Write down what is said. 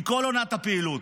מכל עונת הפעילות.